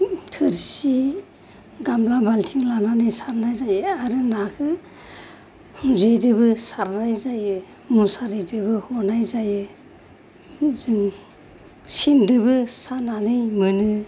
थोरसि गामला बाल्थिं लानानै सारनाय जायो आरो नाखौ जेजोंबो सारनाय जायो मुसारिजोंबो हनाय जायो जों सेनजोंबो सानानै मोनो